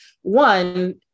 one